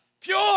Pure